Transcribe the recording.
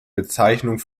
bezeichnung